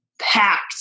packed